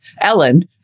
ellen